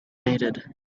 needed